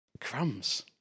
Crumbs